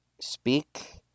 speak